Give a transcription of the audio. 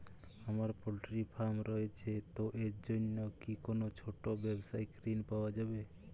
আমার poultry farm রয়েছে তো এর জন্য কি কোনো ছোটো ব্যাবসায়িক ঋণ পাওয়া যাবে?